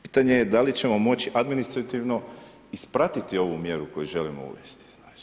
Pitanje je da li ćemo moći administrativno ispratiti ovu mjeru koji želimo uvesti.